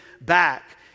back